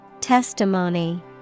Testimony